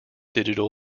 digital